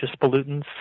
pollutants